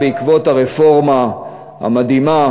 בעקבות הרפורמה המדהימה